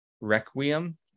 Requiem